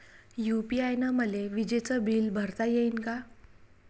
UPI न मले विजेचं बिल भरता यीन का?